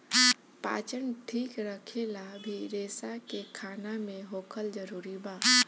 पाचन ठीक रखेला भी रेसा के खाना मे होखल जरूरी बा